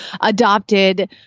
adopted